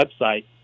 website